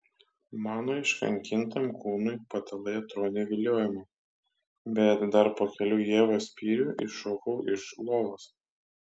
mano iškankintam kūnui patalai atrodė viliojamai bet dar po kelių ievos spyrių iššokau iš lovos